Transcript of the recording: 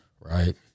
right